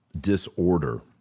disorder